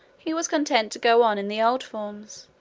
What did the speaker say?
he was content to go on in the old forms,